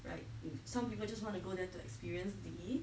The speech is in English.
like some people just want to go there to experience really